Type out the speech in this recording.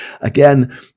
again